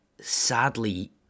sadly